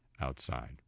outside